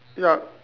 yup